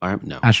No